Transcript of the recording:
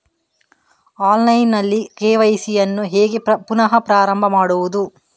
Online ನಲ್ಲಿ KYC ಯನ್ನು ಹೇಗೆ ಪುನಃ ಪ್ರಾರಂಭ ಮಾಡುವುದು?